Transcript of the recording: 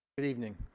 good evening